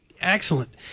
Excellent